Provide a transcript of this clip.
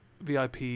VIP